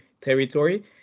territory